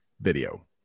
video